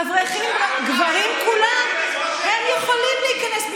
אברכים, גברים כולם, הם יכולים להיכנס.